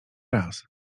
raz